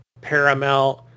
Paramount